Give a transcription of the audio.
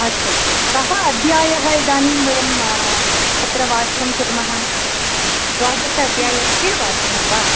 अस्तु कः अध्यायः इदानीं वयं तत्र वाचनं कुर्मः द्वादश अध्यायस्य वाचनं वा